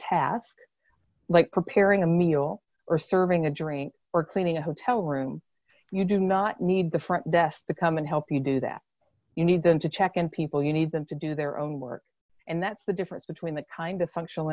task like preparing a meal or serving a drink or cleaning a hotel room you do not need the front desk becoming help you do that you need them to check in people you need them to do their own work and that's the difference between that kind of functional